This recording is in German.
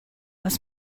was